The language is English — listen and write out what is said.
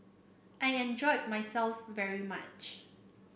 I enjoyed myself very much